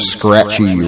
Scratchy